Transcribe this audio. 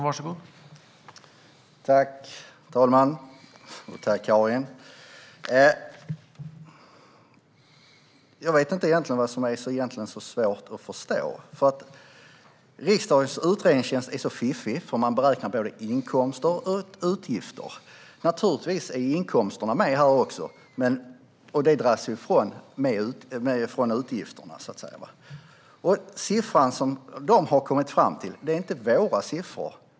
Herr talman! Tack, Karin! Jag vet egentligen inte vad som är så svårt att förstå. Riksdagens utredningstjänst är så fiffig. Den beräknar både inkomster och utgifter. Naturligtvis är också inkomsterna med här, och de dras av från utgifterna. Siffran som de har kommit fram till är inte våra siffror.